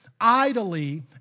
idly